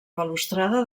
balustrada